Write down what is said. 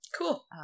cool